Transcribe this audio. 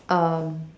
um